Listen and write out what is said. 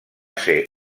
ser